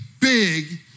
big